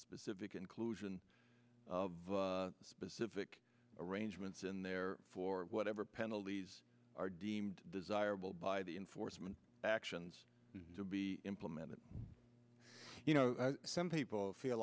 specific inclusion of specific arrangements in there for whatever penalties are deemed desirable by the enforcement actions to be implemented you know some people feel